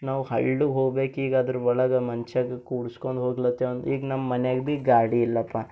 ನಾವು ಹಳ್ಳಕ್ಕೆ ಹೋಗ್ಬೇಕೀಗ ಅದ್ರೊಳಗೆ ಮನ್ಷಗೆ ಕೂಡ್ಸೊಂಡು ಹೋಗ್ಲತೆ ಈಗ ನಮ್ಮ ಮನಿಯಾಗೆ ಭೀ ಗಾಡಿ ಇಲ್ಲಪ್ಪ